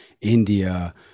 India